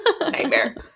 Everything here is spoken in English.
nightmare